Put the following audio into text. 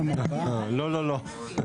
לא, לא, לא.